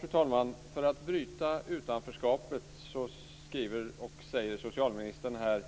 Fru talman! Socialministern skriver och säger här